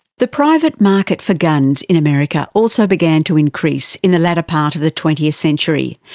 the private market for guns in america also began to increase in the later part of the twentieth century.